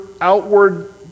outward